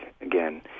again